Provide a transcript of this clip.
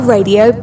Radio